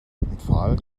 empfahl